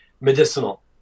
medicinal